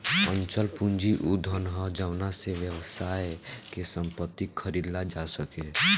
अचल पूंजी उ धन ह जावना से व्यवसाय के संपत्ति खरीदल जा सके